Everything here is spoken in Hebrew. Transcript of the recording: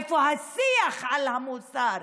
איפה השיח על המוסר?